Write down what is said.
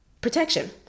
protection